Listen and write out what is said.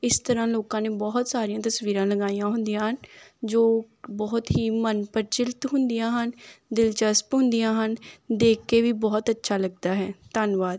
ਇਸ ਤਰ੍ਹਾਂ ਲੋਕਾਂ ਨੇ ਬਹੁਤ ਸਾਰੀਆਂ ਤਸਵੀਰਾਂ ਲਗਾਈਆਂ ਹੁੰਦੀਆਂ ਹਨ ਜੋ ਬਹੁਤ ਹੀ ਮਨਪ੍ਰਚਲਿਤ ਹੁੰਦੀਆਂ ਹਨ ਦਿਲਚਸਪ ਹੁੰਦੀਆਂ ਹਨ ਦੇਖ ਕੇ ਵੀ ਬਹੁਤ ਅੱਛਾ ਲੱਗਦਾ ਹੈ ਧੰਨਵਾਦ